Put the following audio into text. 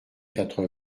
quatre